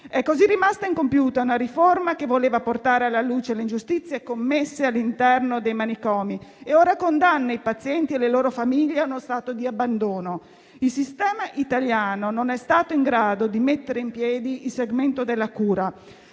È così rimasta incompiuta una riforma che voleva portare alla luce le ingiustizie commesse all'interno dei manicomi e che ora condanna i pazienti e le loro famiglie a uno stato di abbandono. Il sistema italiano non è stato in grado di mettere in piedi il segmento della cura.